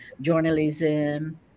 journalism